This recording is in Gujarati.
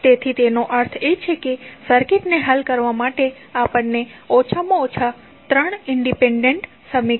તેથી તેનો અર્થ એ કે સર્કિટને હલ કરવા માટે આપણને ઓછામાં ઓછા ત્રણ ઇંડિપેંડેન્ટ સમીકરણોની જરૂર છે